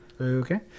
Okay